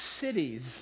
cities